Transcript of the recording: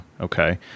Okay